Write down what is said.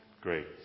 Great